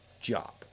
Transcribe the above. job